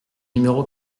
numéro